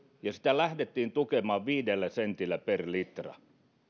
sitä lähdettiin tukemaan viidellä sentillä per litra